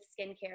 skincare